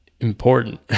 important